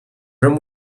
room